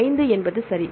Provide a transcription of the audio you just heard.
5 என்பது சரி